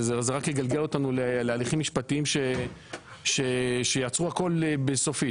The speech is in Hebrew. זה רק יגלגל אותנו להליכים משפטיים שיעצרו הכל סופית.